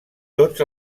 tots